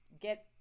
get